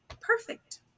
perfect